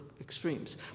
extremes